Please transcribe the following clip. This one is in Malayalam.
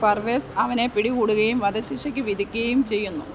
പർവേസ് അവനെ പിടികൂടുകയും വധശിക്ഷയ്ക്ക് വിധിക്കുകയും ചെയ്യുന്നു